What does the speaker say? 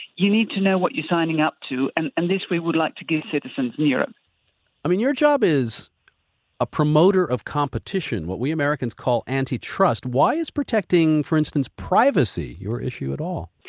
you need to know what you're signing up to. and and this we would like to give citizens in europe i mean your job is a promoter of competition what we americans call antitrust. why is protecting, for instance, privacy your issue at all?